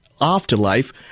afterlife